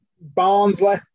Barnsley